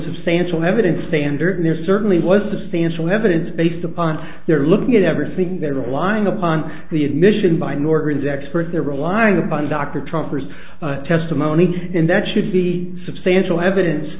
substantial evidence standard and there certainly was a standstill evidence based upon their looking at everything there are a lying upon the admission by north koreans experts they're relying upon dr trucker's testimony and that should be substantial evidence